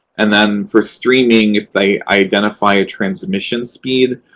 and then for streaming, if they identify a transmission speed,